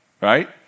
right